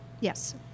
Yes